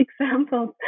examples